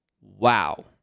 Wow